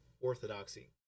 orthodoxy